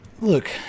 look